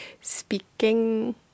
speaking